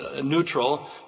neutral